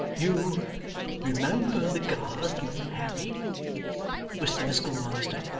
you remember the garden, harry whispered the schoolmaster,